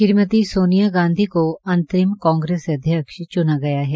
श्रीमती सोनिया गांधी को अंतरिम कांग्रेस अध्यक्ष चुना गया है